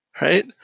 right